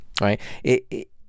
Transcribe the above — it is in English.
Right